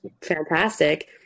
fantastic